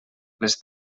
les